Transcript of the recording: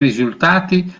risultati